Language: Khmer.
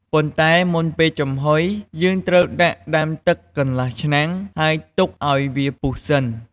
ប៉ុន្តែមុនពេលចំហុយ យើងត្រូវដាក់ដាំទឹកកន្លះឆ្នាំង ហើយទុកឲ្យវាពុះសិន។